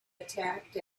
attacked